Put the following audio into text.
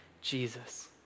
Jesus